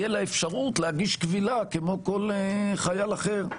תהיה לה אפשרות להגיש קבילה כמו כל חייל אחר.